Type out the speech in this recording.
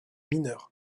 mineur